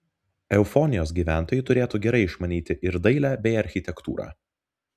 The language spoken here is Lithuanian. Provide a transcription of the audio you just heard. eufonijos gyventojai turėtų gerai išmanyti ir dailę bei architektūrą